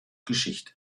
geschichte